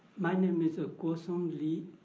my name is ah guosong li.